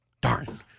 darn